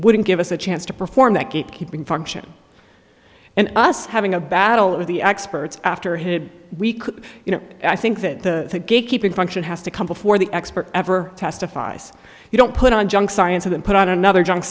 wouldn't give us a chance to perform that gatekeeping function and us having a battle of the experts after him we could you know i think that the gatekeeping function has to come before the expert ever testifies you don't put on junk science and put on another junk